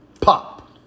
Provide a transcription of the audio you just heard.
pop